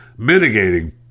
Mitigating